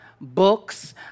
books